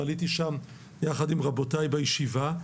ועליתי לשם יחד עם רבותי בישיבה.